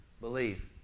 believe